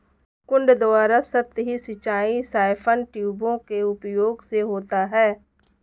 कुंड द्वारा सतही सिंचाई साइफन ट्यूबों के उपयोग से होता है